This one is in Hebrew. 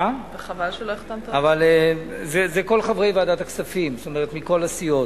אלה כל חברי ועדת הכספים מכל הסיעות.